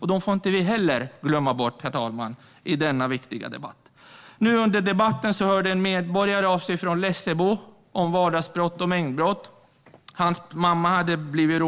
Dessa får vi heller inte glömma bort, herr talman, i denna viktiga debatt. Under debatten har en medborgare från Lessebo hört av sig om vardagsbrott och mängdbrott. Hans mamma hade blivit